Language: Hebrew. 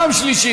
פעם שלישית,